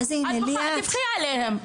את בוכה, תבכי עליהם.